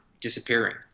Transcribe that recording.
Disappearing